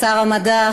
שר המדע,